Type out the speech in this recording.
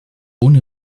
ohne